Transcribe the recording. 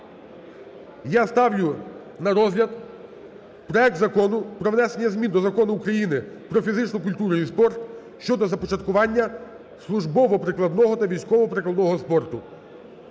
Я ставлю на розгляд проект Закону про внесення змін до Закону України "Про фізичну культуру і спорт" щодо започаткування службово-прикладного та військово-прикладного спорту